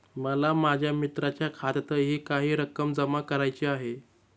मला माझ्या मित्राच्या खात्यातही काही रक्कम जमा करायची आहे